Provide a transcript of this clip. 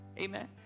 amen